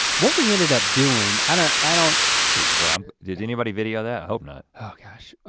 what we ended up doing i don't ah i don't but um did anybody video that i hope not? oh gosh,